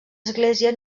església